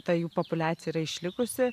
ta jų populiacija yra išlikusi